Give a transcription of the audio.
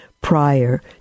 prior